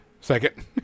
second